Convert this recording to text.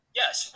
yes